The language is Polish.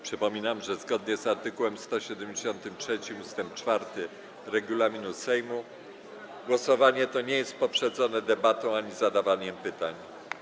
Przypominam, że zgodnie z art. 173 ust. 4 regulaminu Sejmu głosowanie to nie jest poprzedzone debatą ani zadawaniem pytań.